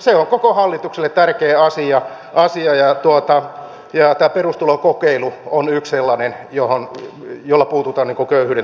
se on koko hallitukselle tärkeä asia ja perustulokokeilu on yksi sellainen jolla puututaan köyhyyden torjuntaan